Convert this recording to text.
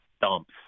dumps